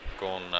con